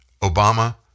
Obama